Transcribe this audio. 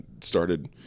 started